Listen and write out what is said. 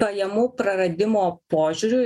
pajamų praradimo požiūriu